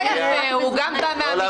זה לא יפה, הוא גם בא מהמגזר.